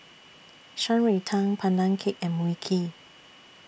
Shan Rui Tang Pandan Cake and Mui Kee